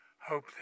hope